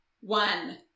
one